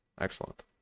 Excellent